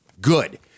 good